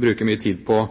bruke mye tid på